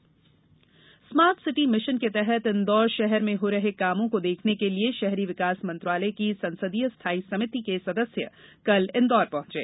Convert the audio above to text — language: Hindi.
समिति दौरा स्मार्ट सिटी मिशन के तहत इंदौर शहर में हो रहे कामों को देखने के लिए शहरी विकास मंत्रालय की संसदीय स्थायी सभिति के सदस्य कल इंदौर पहुंचे